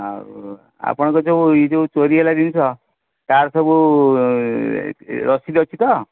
ଆଉ ଆପଣଙ୍କ ଯେଉଁ ଏ ଯେଉଁ ଚୋରି ହେଲା ଜିନିଷ ତାର ସବୁ ରସିଦ ଅଛି ତ